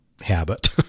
habit